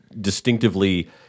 distinctively